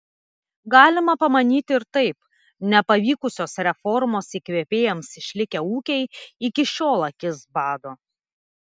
galima pamanyti ir taip nepavykusios reformos įkvėpėjams išlikę ūkiai iki šiol akis bado